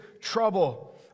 trouble